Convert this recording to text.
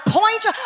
point